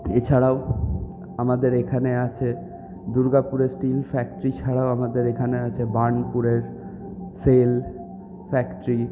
এছাড়াও আমাদের এখানে আছে দুর্গাপুরের স্টিল ফ্যাক্টরি ছাড়াও আমাদের এখানে আছে বার্নপুরের সেল ফ্যাক্টরি